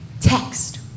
Text